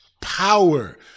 power